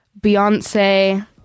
Beyonce